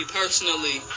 personally